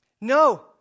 No